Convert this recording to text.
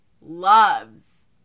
loves